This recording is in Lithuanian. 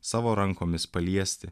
savo rankomis paliesti